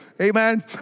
Amen